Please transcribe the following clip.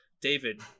David